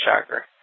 shocker